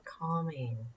calming